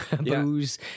booze